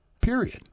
Period